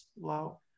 low